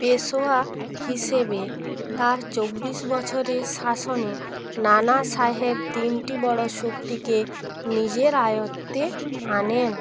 পেশোয়া হিসাবে তার চব্বিশ বছরের শাসনে নানাসাহেব তিনটি বড়ো শক্তিকে নিজের আয়ত্তে আনেন